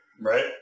Right